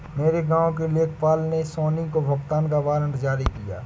मेरे गांव के लेखपाल ने सोनी को भुगतान का वारंट जारी किया